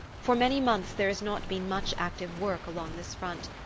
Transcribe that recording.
for many months there has not been much active work along this front,